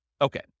Okay